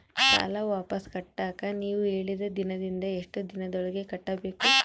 ಸಾಲ ವಾಪಸ್ ಕಟ್ಟಕ ನೇವು ಹೇಳಿದ ದಿನಾಂಕದಿಂದ ಎಷ್ಟು ದಿನದೊಳಗ ಕಟ್ಟಬೇಕು?